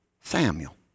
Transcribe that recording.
Samuel